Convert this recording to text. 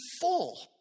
full